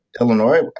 Illinois